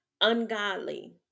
ungodly